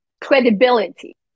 credibility